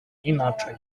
inaczej